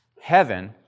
heaven